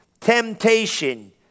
Temptation